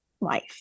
life